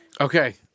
Okay